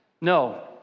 No